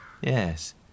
Yes